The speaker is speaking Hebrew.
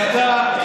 אני לא מתבייש.